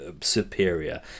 superior